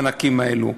המענקים האלה.